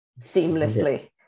seamlessly